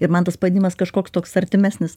ir man tas pavadinimas kažkoks toks artimesnis